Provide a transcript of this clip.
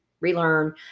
relearn